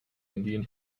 indian